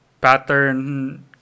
pattern